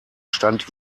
stand